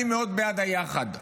אני מאוד בעד היחד.